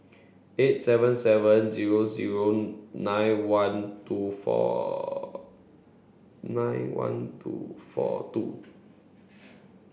eight seven seven zero zero nine one two four nine one two four two